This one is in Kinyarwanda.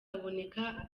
kaboneka